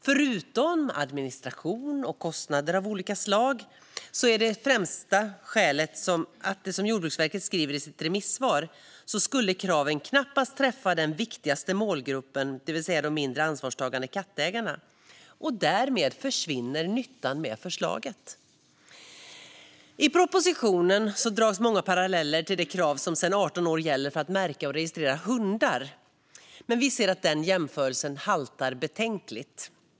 Förutom administration och kostnader av olika slag är det främsta skälet det som Jordbruksverket skriver i sitt remissvar: att kraven knappast skulle träffa den viktigaste målgruppen, det vill säga de mindre ansvarstagande kattägarna. Därmed försvinner nyttan med förslaget. I propositionen dras många paralleller till det krav som sedan 18 år gäller att märka och registrera hundar. Vi anser att den jämförelsen haltar betänkligt.